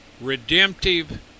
redemptive